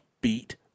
beat